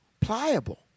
pliable